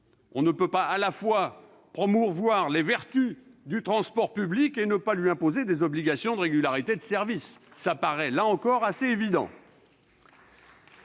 On ne peut pas à la fois promouvoir les vertus du transport public et ne pas lui imposer des obligations de régularité de service. Cela paraît, là encore, assez évident